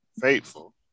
faithful